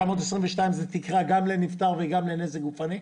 האם 922 זה תקרה גם לנפטר וגם לנזק גופני?